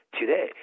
today